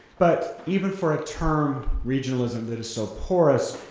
but even for a term, regionalism, that is so porous,